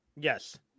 Yes